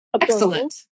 Excellent